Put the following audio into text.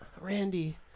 Randy